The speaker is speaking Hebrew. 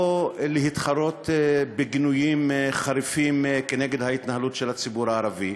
לא להתחרות בגינויים חריפים כנגד ההתנהלות של הציבור הערבי.